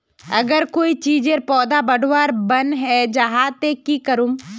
अगर कोई चीजेर पौधा बढ़वार बन है जहा ते की करूम?